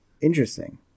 Interesting